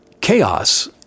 Chaos